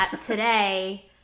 today